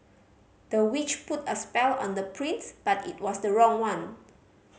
the witch put a spell on the prince but it was the wrong one